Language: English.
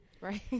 Right